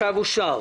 הצבעה הצו אושר.